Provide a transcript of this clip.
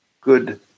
good